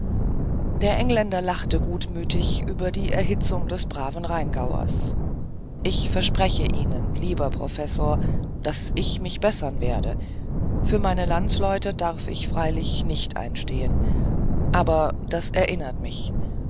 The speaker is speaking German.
der engländer lachte gutmütig über die erhitzung des braven rheingauers ich verspreche ihnen lieber professor daß ich mich bessern werde für meine landsleute darf ich freilich nicht einstehen aber dies erinnert mich